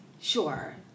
Sure